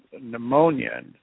pneumonia